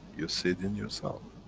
you'll see it in yourself.